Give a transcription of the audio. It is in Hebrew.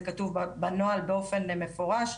זה כתוב בנוהל באופן מפורש,